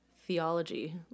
theology